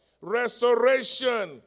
Restoration